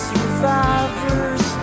Survivors